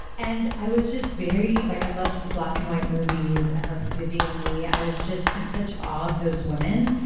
and i was just very. like i loved the black and white movies. i loved vivian leigh. i was just in such awe of those women,